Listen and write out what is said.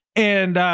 and,